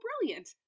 brilliant